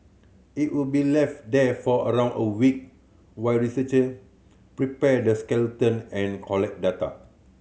it would be left there for around a week while researcher prepare the skeleton and collect data